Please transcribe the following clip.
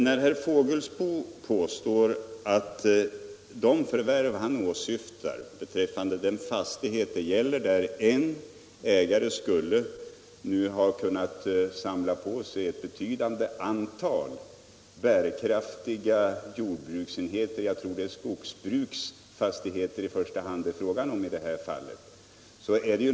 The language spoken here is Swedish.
Herr Fågelsbo åberopar ett förvärv av fastigheter, där en ägare nu skulle ha samlat på sig ett betydande antal enheter — jag tror att det i första hand är fråga om skogsbruksfastigheter.